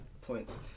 points